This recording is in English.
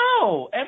No